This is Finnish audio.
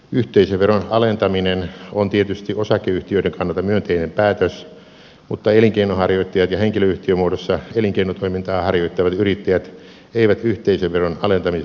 yhteisöveron alentaminen on tietysti osakeyhtiöiden kannalta myönteinen päätös mutta elinkeinonharjoittajat ja henkilöyhtiömuodossa elinkeinotoimintaa harjoittavat yrittäjät eivät yhteisöveron alentamisesta hyödy